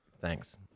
Thanks